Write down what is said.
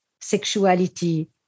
sexuality